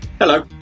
Hello